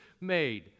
made